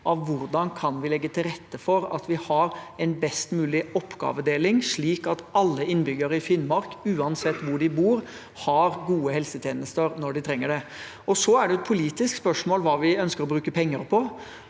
av hvordan vi kan legge til rette for at vi har en best mulig oppgavedeling, slik at alle innbyggere i Finnmark uansett hvor de bor, har gode helsetjenester når de trenger det. Så er det et politisk spørsmål hva vi ønsker å bruke penger på.